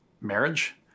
marriage